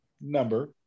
number